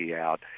out